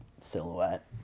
silhouette